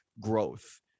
growth